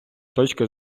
точки